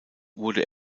wurde